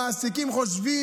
המעסיקים חושבים,